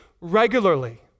regularly